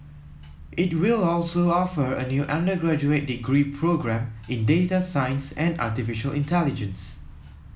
it will also offer a new undergraduate degree programme in data science and artificial intelligence